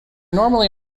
normally